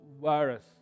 virus